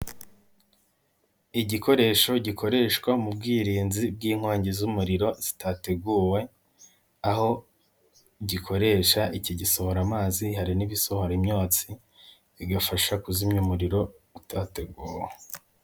Igikoresho gikoreshwa mu bwirinzi bw'inkongi z'umuriro zitateguwe, aho gikoresha iki gisohora amazi, hari n'ibisohora imyotsi igafasha kuzimya umuriro utateguwe.